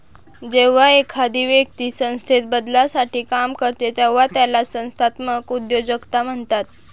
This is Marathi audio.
जेव्हा एखादी व्यक्ती संस्थेत बदलासाठी काम करते तेव्हा त्याला संस्थात्मक उद्योजकता म्हणतात